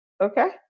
Okay